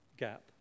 gap